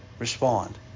Respond